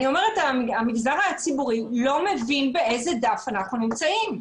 אומרת שהמגזר הציבורי לא מבין באיזה דף אנחנו נמצאים.